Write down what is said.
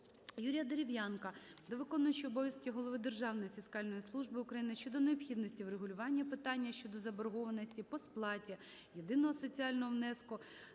Юрія Дерев'янка до виконуючого обов'язки голови Державної фіскальної служби України щодо необхідності врегулювання питання щодо заборгованості по сплаті єдиного соціального внеску